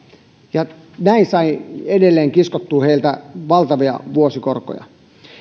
ja näin saivat edelleen kiskottua heiltä valtavia vuosikorkoja